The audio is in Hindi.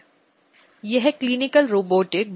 इसका महत्व क्यों है